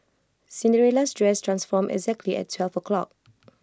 Cinderella's dress transformed exactly at twelve o' clock